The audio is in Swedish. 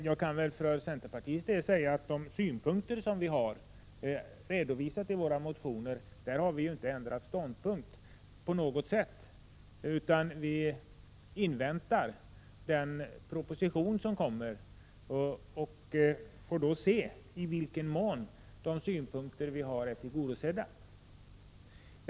Jag kan för centerns del säga angående de synpunkter som vi har redovisat i våra motioner att vi inte på något sätt ändrat ståndpunkt, utan vi inväntar propositionen. Då får vi se i vilken mån våra krav är tillgodosedda.